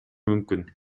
мүмкүн